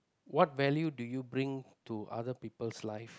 what value do you bring to other people's life